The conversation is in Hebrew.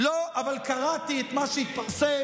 לא, אבל קראתי את מה שהתפרסם.